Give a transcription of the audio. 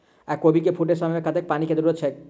कोबी केँ फूटे समय मे कतेक पानि केँ जरूरत होइ छै?